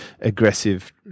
aggressive